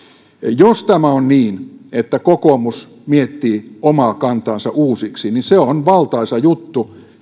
jos tämä on niin että kokoomus miettii omaa kantaansa uusiksi niin se on valtaisa juttu